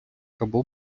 або